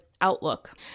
outlook